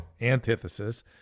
antithesis